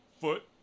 foot